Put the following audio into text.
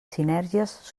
sinergies